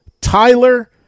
tyler